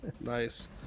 nice